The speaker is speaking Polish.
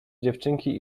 dziewczynki